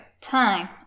Time